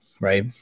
right